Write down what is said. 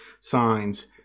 signs